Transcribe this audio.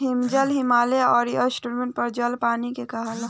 हिमजल, हिमालय आउर अन्टार्टिका पर जमल पानी के कहाला